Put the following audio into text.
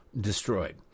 destroyed